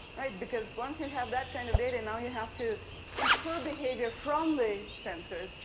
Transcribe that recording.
right? because once you have that kind of data, now you have to infer behavior from the census,